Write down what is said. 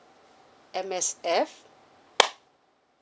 M_S_F